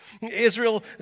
Israel